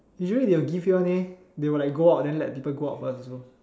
usually they will give you one eh they will like go out then let people go out first also